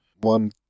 One